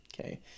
Okay